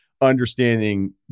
understanding